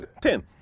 Ten